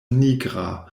nigra